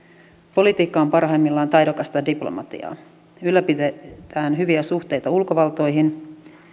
politiikka on parhaimmillaan taidokasta diplomatiaa ylläpidetään hyviä suhteita ulkovaltoihin